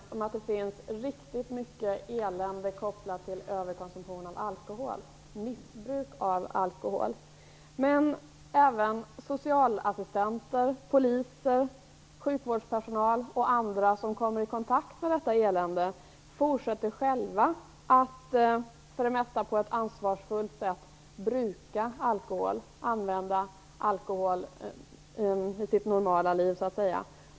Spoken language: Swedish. Herr talman! Vi är här helt överens om att det finns riktigt mycket elände kopplat till överkonsumtion och missbruk av alkohol. Men även socialassistenter, poliser, sjukvårdspersonal och andra som kommer i kontakt med detta elände fortsätter själva att i sitt normala liv bruka, använda alkohol, för det mesta på ett ansvarsfullt sätt.